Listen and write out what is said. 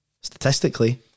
statistically